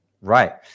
Right